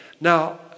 Now